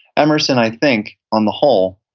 emerson, i think on the whole,